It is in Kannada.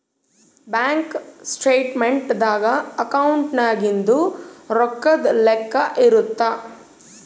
ಬ್ಯಾಂಕ್ ಸ್ಟೇಟ್ಮೆಂಟ್ ದಾಗ ಅಕೌಂಟ್ನಾಗಿಂದು ರೊಕ್ಕದ್ ಲೆಕ್ಕ ಇರುತ್ತ